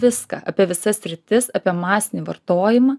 viską apie visas sritis apie masinį vartojimą